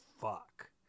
fuck